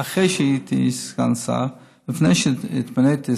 אחרי שהייתי סגן שר ולפני שהתמניתי לשר,